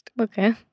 Okay